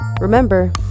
Remember